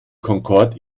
concorde